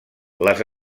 les